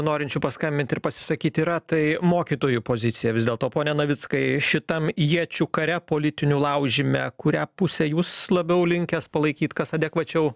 norinčių paskambinti ir pasisakyti yra tai mokytojų pozicija vis dėlto pone navickai šitam iečių kare politinių laužime kurią pusę jūs labiau linkęs palaikyt kas adekvačiau